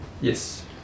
yes